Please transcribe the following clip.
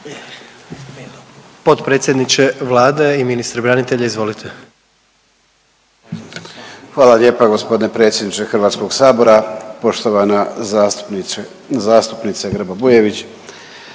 Potpredsjedniče Vlade i ministre branitelja izvolite. **Medved, Tomo (HDZ)** Hvala lijepa gospodine predsjedniče Hrvatskog sabora. Poštovana zastupnice Grba Bujević,